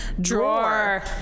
Drawer